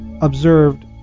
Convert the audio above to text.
observed